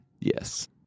Yes